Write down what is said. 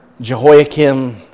Jehoiakim